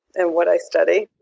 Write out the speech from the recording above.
and what i study.